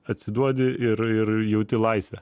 atsiduodi ir ir jauti laisvę